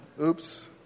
Oops